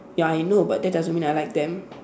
ya I know but that doesn't mean I like them